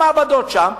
המעבדות שם,